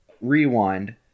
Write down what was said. rewind